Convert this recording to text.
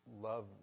love